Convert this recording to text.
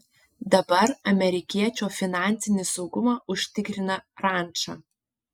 dabar amerikiečio finansinį saugumą užtikrina ranča